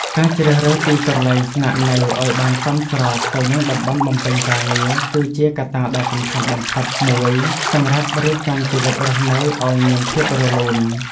ការជ្រើសរើសទីកន្លែងស្នាក់នៅឱ្យបានសមស្របទៅនឹងតំបន់បំពេញការងារ គឺជាកត្តាដ៏សំខាន់បំផុតមួយសម្រាប់រៀបចំជីវិតរស់នៅឱ្យមានភាពរលូន។